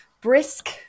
brisk